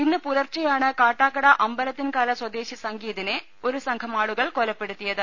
ഇന്ന് പുലർച്ചെയാണ് കാട്ടാക്കട അമ്പലത്തിൻകാല സ്വദേശി സംഗീതിനെ ഒരു സംഘം ആളുകൾ കൊലപ്പെടുത്തിയത്